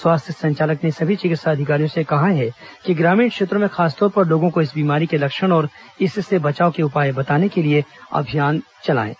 स्वास्थ्य संचालक ने सभी चिकित्सा अधिकारियों से कहा है कि ग्रामीण क्षेत्रों में खासतौर पर लोगों को इस बीमारी के लक्षण और इससे बचाव के उपाए बताने के लिए अभियान चलाने को भी कहा है